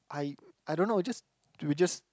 I I don't know just we just